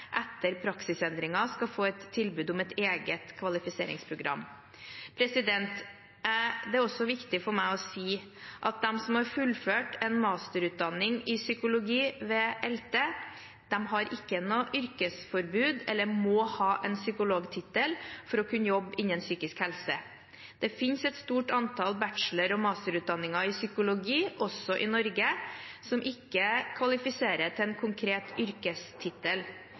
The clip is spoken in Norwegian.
etter praksisendringen skal få et tilbud om et eget kvalifiseringsprogram. Det er også viktig for meg å si at det ikke er slik at de som har fullført en masterutdanning i psykologi ved ELTE, har noe yrkesforbud eller må ha en psykologtittel for å kunne jobbe innen psykisk helse. Det finnes et stort antall bachelor- og masterutdanninger i psykologi, også i Norge, som ikke kvalifiserer til en konkret yrkestittel.